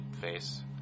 face